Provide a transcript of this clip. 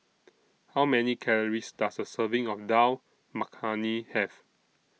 How Many Calories Does A Serving of Dal Makhani Have